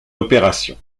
opération